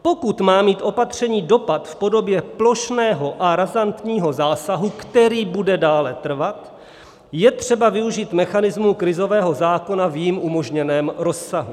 Pokud má mít opatření dopad v podobě plošného a razantního zásahu, který bude dále trvat, je třeba využít mechanismu krizového zákona v jím umožněném rozsahu.